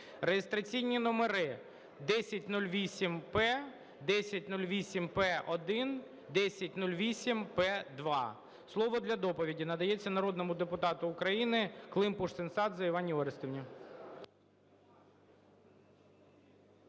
(реєстраційні номери: 1008-П, 1008-П1, 1008-П2). Слово для доповіді надається народному депутату України Климпуш-Цинцадзе Іванні Орестівні.